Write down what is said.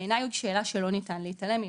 בעיניי הוא שאלה שלא ניתן להתעלם ממנה.